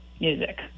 music